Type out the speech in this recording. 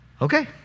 okay